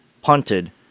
punted